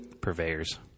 purveyors